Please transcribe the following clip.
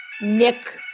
Nick